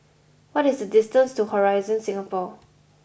what is the distance to Horizon Singapore